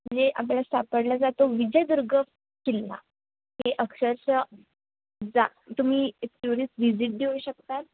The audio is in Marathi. म्हणजे आपल्याला सापडला जातो विजयदुर्ग किल्ला हे अक्षरशः जा तुम्ही टुरिस्ट विजिट देऊ शकतात